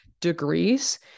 degrees